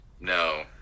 no